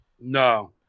No